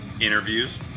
Interviews